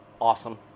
awesome